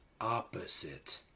opposite